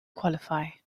qualify